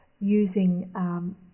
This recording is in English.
using